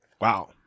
Wow